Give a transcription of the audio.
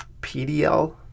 PDL